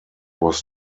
was